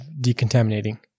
decontaminating